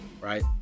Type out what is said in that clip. right